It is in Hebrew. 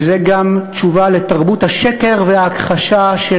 וזו גם תשובה לתרבות השקר וההכחשה של